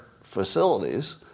facilities